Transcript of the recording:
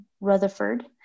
Rutherford